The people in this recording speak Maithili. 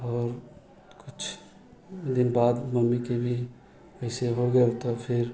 आओर किछु दिन बाद मम्मीके भी अइसे हो गेल तब फेर